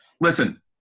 Listen